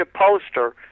poster